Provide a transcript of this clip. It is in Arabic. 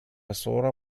صورة